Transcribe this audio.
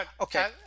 Okay